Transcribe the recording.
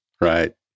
Right